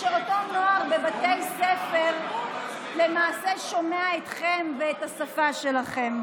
שאותו נוער בבתי ספר שומע אתכם ואת השפה שלכם.